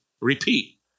Repeat